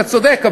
אתה צודק,